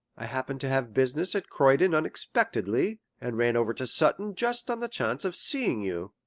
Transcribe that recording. i happened to have business at croydon unexpectedly, and ran over to sutton just on the chance of seeing you.